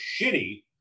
shitty